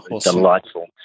delightful